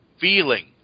feeling